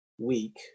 week